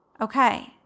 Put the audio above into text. Okay